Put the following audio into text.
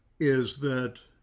is that